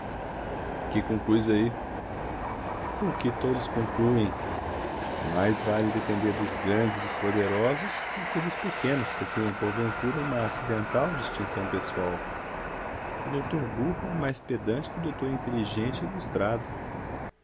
circunlóquios que concluis daí o que todos concluem mais vale depender dos grandes e dos poderosos do que dos pequenos que tenham porventura uma acidental distinção pessoal o doutor burro é mais pedante que o doutor inteligente e ilustrado